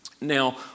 Now